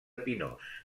pinós